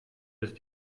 ist